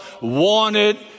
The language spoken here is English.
wanted